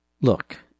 Look